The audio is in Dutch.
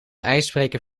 ijsbreker